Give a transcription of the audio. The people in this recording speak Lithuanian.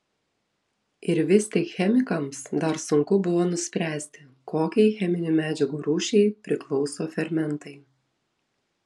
ir vis tik chemikams dar sunku buvo nuspręsti kokiai cheminių medžiagų rūšiai priklauso fermentai